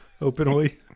openly